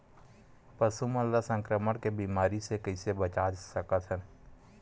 पशु मन ला संक्रमण के बीमारी से कइसे बचा सकथन?